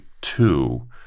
two